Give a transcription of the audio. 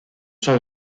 son